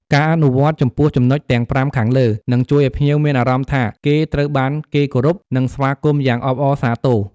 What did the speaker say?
ការអនុវត្តចំពោះចំណុចទាំង៥ខាងលើ នឹងជួយឲ្យភ្ញៀវមានអារម្មណ៍ថាគេត្រូវគេគោរព និងស្វាគមន៍យ៉ាងអបអរសាទរ។